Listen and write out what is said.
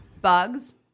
Bugs